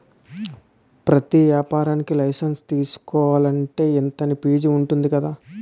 ప్రతి ఏపారానికీ లైసెన్సు తీసుకోలంటే, ఇంతా అని ఫీజుంటది కదా